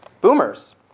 boomers